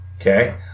okay